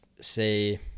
say